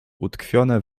utkwione